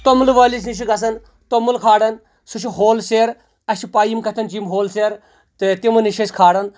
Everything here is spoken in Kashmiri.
توٚملہٕ وٲلِس نِش چھِ گژھان توٚمُل کھاران سُہ چھُ ہول سیل اَسہِ پاے یِم کَتٮ۪ن چھِ یِم ہول سیل تہٕ تِمن نِش چھِ أسۍ کھران